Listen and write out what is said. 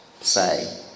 say